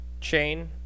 chain